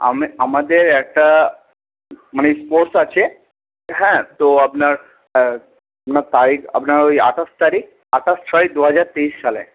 আমি আমাদের একটা মানে স্পোর্টস আছে হ্যাঁ তো আপনার তারিখ আপনার ওই আঠাশ তারিখ আঠাশ ছয় দু হাজার তেইশ সালে